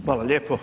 Hvala lijepo.